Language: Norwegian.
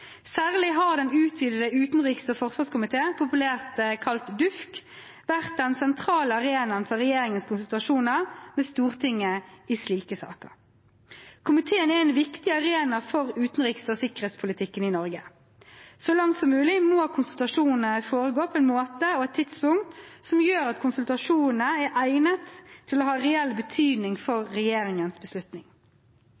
Særlig har den utvidete utenriks- og forsvarskomité, populært kalt DUUFK, vært den sentrale arenaen for regjeringens konsultasjoner med Stortinget i slike saker. Komiteen er en viktig arena for utenriks- og sikkerhetspolitikken i Norge. Så langt som mulig må konsultasjonene foregå på en måte og et tidspunkt som gjør at konsultasjonene er egnet til å ha reell betydning for